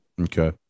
Okay